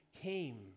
came